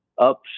ups